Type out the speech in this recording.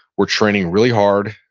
were training really hard,